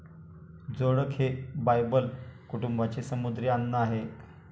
जोडक हे बायबल कुटुंबाचे समुद्री अन्न आहे